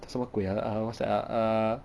叫什么鬼 ah err what's that ah err